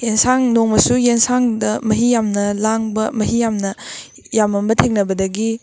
ꯌꯦꯟꯁꯥꯡ ꯅꯣꯡꯃꯁꯨ ꯌꯦꯟꯁꯥꯡꯗ ꯃꯍꯤ ꯌꯥꯝꯅ ꯂꯥꯡꯕ ꯃꯍꯤ ꯌꯥꯝꯅ ꯌꯥꯝꯃꯝꯕ ꯊꯦꯡꯅꯕꯗꯒꯤ